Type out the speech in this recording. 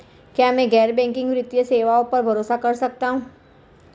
क्या मैं गैर बैंकिंग वित्तीय सेवाओं पर भरोसा कर सकता हूं?